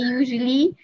usually